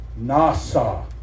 NASA